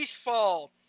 peaceful